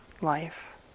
life